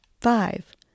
five